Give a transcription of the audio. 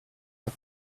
are